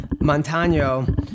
Montano